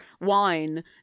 wine